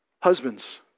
Husbands